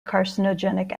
carcinogenic